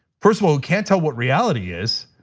first of all, who can't tell what reality is.